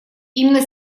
именно